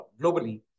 globally